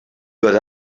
got